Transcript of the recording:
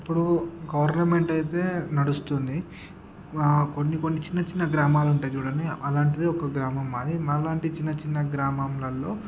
ఇప్పుడు గవర్నమెంట్ అయితే నడుస్తుంది కొన్ని కొన్ని చిన్న చిన్న గ్రామాలుంటాయి చూడండి అలాంటిదే ఒక్క గ్రామం మాది మా లాంటి చిన్న చిన్న గ్రామాలల్లో